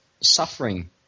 suffering